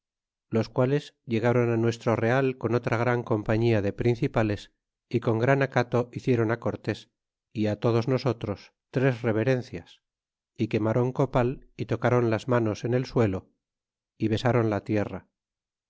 los quales llegron nuestro real con otra gran compañía de principales y con gran acato hicieron cortés y todos nosotros tres reverencias y quemron copal y tocron las manos en el suelo y besron la tierra